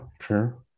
sure